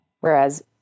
Whereas